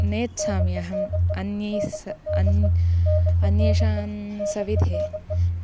नेच्छामि अहम् अन्यैः अन् अन्येषां सविधे